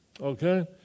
Okay